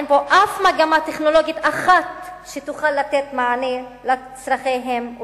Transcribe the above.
אין בו אף מגמה טכנולוגית אחת שתוכל לתת מענה על צורכיהם של